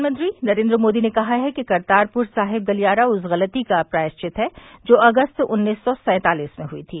प्रधानमंत्री नरेन्द्र मोदी ने कहा है कि करतापुर साहिब गलियारा उस गलती का प्रायश्चित्त है जो अगस्त उन्नीस सौ सैंतालिस में हुई थी